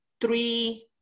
three